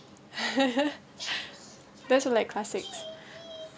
that's the like classics